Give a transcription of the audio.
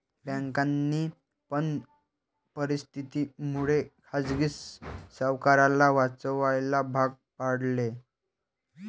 बँकांनी पण परिस्थिती मुळे खाजगी सावकाराला वाचवायला भाग पाडले